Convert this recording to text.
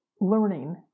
learning